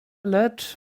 lecz